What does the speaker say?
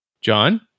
John